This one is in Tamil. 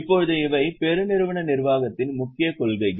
இப்போது இவை பெருநிறுவன நிர்வாகத்தின் முக்கிய கொள்கைகள்